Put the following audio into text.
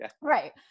Right